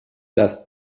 das